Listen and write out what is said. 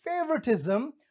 favoritism